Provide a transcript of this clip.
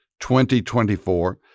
2024